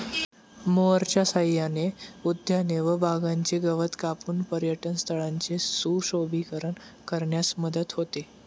मोअरच्या सहाय्याने उद्याने व बागांचे गवत कापून पर्यटनस्थळांचे सुशोभीकरण करण्यास मदत होते